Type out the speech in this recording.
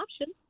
option